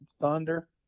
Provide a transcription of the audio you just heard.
thunder